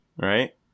right